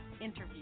interview